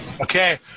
Okay